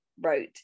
wrote